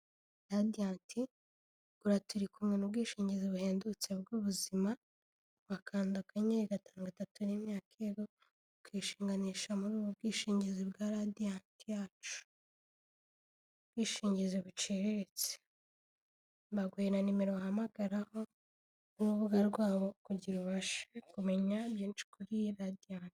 Radiant GURA "TURI KUMWE" ni ubwishingizi buhendutse bw'ubuzima, bakanda akanyenyeri gatanu, gatatu rimwe akego, ukishinganisha muri ubu bwishingizi bwa Radiant yacu. Ubwishingizi buciriritse; baguha na nimero uhamagaraho n'urubuga rwabo kugira ubashe kumenya byinshi kuri Radiant.